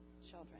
children